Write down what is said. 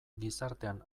gizartean